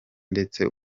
ndetse